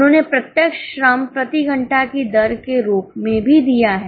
उन्होंने प्रत्यक्ष श्रम प्रति घंटा की दर के रूप में भी दिया है